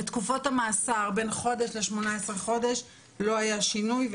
בתקופות המאסר בין חודש ל-18 חודשים לא היה שינוי,